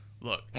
Look